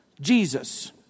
Jesus